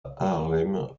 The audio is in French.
haarlem